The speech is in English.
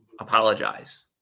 apologize